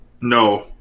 No